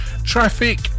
traffic